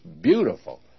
beautiful